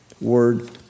word